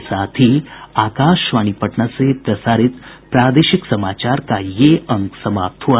इसके साथ ही आकाशवाणी पटना से प्रसारित प्रादेशिक समाचार का ये अंक समाप्त हुआ